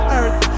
earth